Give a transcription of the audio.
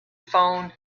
phone